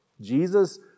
Jesus